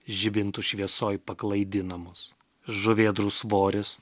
žibintų šviesoj paklaidinamus žuvėdrų svoris